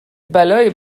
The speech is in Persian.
بلایی